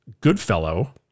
Goodfellow